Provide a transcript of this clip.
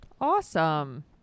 Awesome